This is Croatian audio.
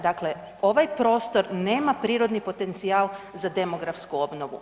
Dakle ovaj prostor nema prirodni potencijal za demografsku obnovu.